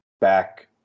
back